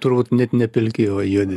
turbūt net ne pilki o juodi